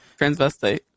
Transvestite